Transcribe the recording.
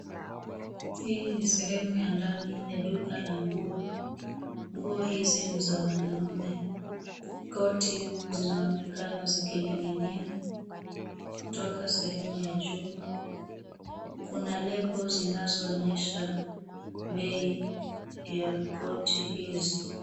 Hii ni sehemu ya ndani ya duka la nguo. Nguo hizi ni za wanaume. Koti zinaonekana zikining'inia kutoka sehemu ya juu. Kuna lebo zinazoonyesha bei ya koti hizi.